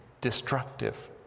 destructive